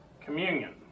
Communion